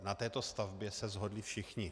Na této stavbě se shodli všichni.